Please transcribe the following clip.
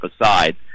aside